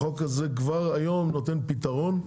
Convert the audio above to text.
החוק הזה כבר היום נותן פתרון.